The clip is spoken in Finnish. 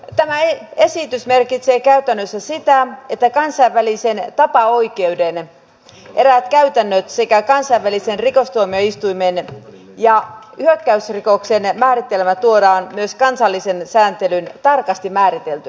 tämä esitys merkitsee käytännössä sitä että kansainvälisen tapaoikeuden eräät käytännöt sekä kansainvälisen rikostuomioistuimen hyökkäysrikoksen määritelmä tuodaan myös kansalliseen sääntelyyn tarkasti määriteltynä